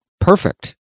perfect